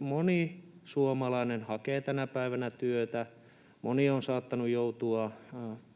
Moni suomalainen hakee tänä päivänä työtä, moni on saattanut joutua